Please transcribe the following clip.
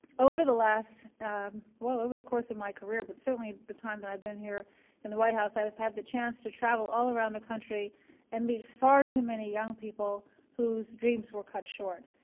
over the last well, over the course of my career but certainly the time that i've been here in the white house i've had the chance to travel all around the country and meet far too many young people whose dreams were cut short.